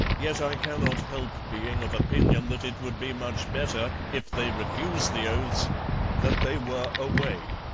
yet i cannot help being of opinion that it would be much better, if they refuse the oaths that they were away.